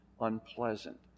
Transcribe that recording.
unpleasant